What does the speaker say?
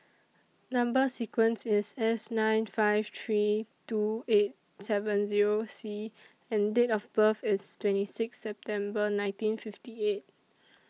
Number sequence IS S nine five three two eight seven Zero C and Date of birth IS twenty six September nineteen fifty eight